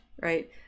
right